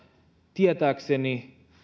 tietääkseni